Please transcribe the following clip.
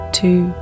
two